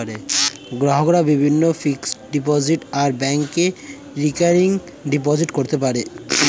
গ্রাহকরা বিভিন্ন fixed deposit আর ব্যাংকে রেকারিং ডিপোজিট করতে পারে